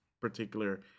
particular